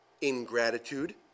ingratitude